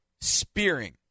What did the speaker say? spearing